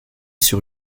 sur